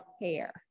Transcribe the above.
hair